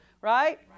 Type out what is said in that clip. Right